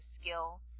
skill